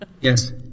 Yes